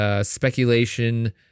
speculation